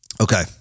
Okay